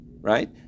Right